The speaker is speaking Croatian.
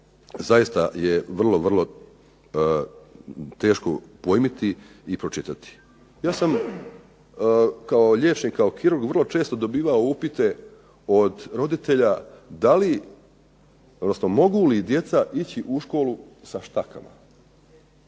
zaista je vrlo, vrlo teško pojmiti i pročitati. Ja sam kao liječnik, kao kirurg vrlo često dobivao upite od roditelja mogu li djeca ići u školu sa štakama?